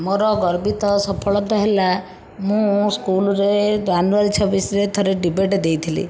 ମୋର ଗର୍ବିତ ସଫଳତା ହେଲା ମୁଁ ସ୍କୁଲରେ ଜାନୁଆରୀ ଛବିଶରେ ଥରେ ଡିବେଟ ଦେଇଥିଲି